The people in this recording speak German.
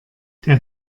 der